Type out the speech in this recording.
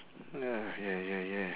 uh ya ya ya